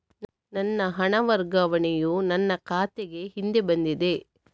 ನನ್ನ ಹಣ ವರ್ಗಾವಣೆಯು ನನ್ನ ಖಾತೆಗೆ ಹಿಂದೆ ಬಂದಿದೆ